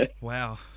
Wow